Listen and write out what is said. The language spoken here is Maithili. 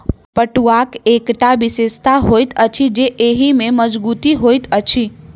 पटुआक एकटा विशेषता होइत अछि जे एहि मे मजगुती होइत अछि